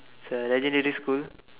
it's a legendary school